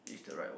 is the right one